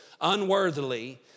unworthily